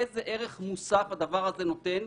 איזה ערך מוסף הדבר הזה נותן?